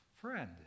Friend